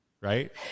right